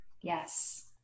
Yes